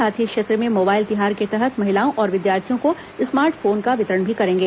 साथ ही क्षेत्र में मोबाइल तिहार के तहत महिलाओं और विद्यार्थियों को स्मार्ट फोन का वितरण भी करेंगे